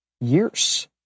years